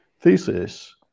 thesis